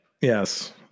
Yes